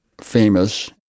famous